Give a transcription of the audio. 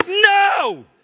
No